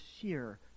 sheer